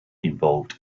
involved